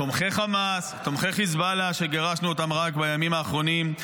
תומכי חמאס ותומכי חיזבאללה שגירשנו רק בימים האחרונים.